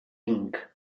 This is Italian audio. inc